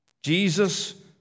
Jesus